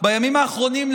בימים האחרונים,